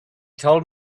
told